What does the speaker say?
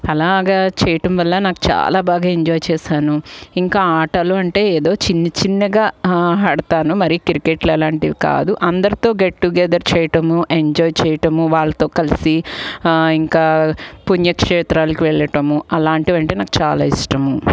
అలాగ చేయటం వల్ల నాకు చాలా బాగా ఎంజాయ్ చేశాను ఇంకా ఆటలు అంటే ఏదో చిన్న చిన్నగా ఆడతాను మరి క్రికెట్ అలాంటివి కాదు అందరితో గెట్ టుగెదర్ చేయటము ఎంజాయ్ చేయటము వాళ్ళతో కలిసి ఇంకా పుణ్యక్షేత్రాలకు వెళ్ళటము అలాంటివంటే నాకు చాలా ఇష్టము